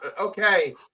okay